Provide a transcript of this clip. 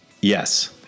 yes